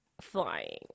flying